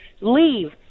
leave